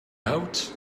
out